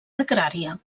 agrària